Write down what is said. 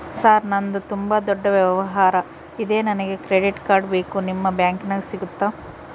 Sir ನಂದು ತುಂಬಾ ದೊಡ್ಡ ವ್ಯವಹಾರ ಇದೆ ನನಗೆ ಕ್ರೆಡಿಟ್ ಕಾರ್ಡ್ ಬೇಕು ನಿಮ್ಮ ಬ್ಯಾಂಕಿನ್ಯಾಗ ಸಿಗುತ್ತಾ?